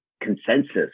consensus